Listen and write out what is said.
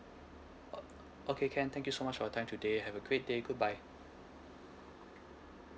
oh okay can thank you so much for your time today have a great day goodbye